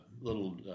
little